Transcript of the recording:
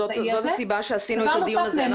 זאת הסיבה שעשינו את הדיון הזה.